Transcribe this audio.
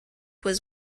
was